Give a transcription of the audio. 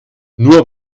nur